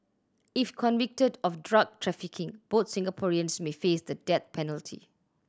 if convicted of drug trafficking both Singaporeans may face the death penalty